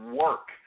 work